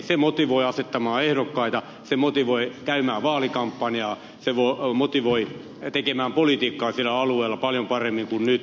se motivoi asettamaan ehdokkaita se motivoi käymään vaalikampanjaa se motivoi tekemään politiikkaa siellä alueella paljon paremmin kuin nyt